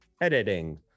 editing